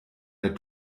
der